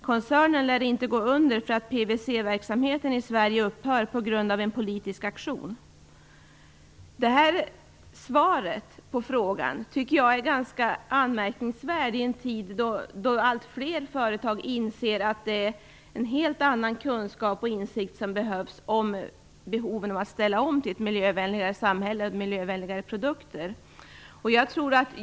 Koncernen lär inte gå under för att PVC verksamheten i Sverige upphör på grund av en politisk aktion." Det här svaret på frågan tycker jag är ganska anmärkningsvärt i en tid då allt fler företag inser att det är helt annan kunskap och insikt som behövs för att ställa om till ett miljövänligare samhälle och miljövänligare produkter.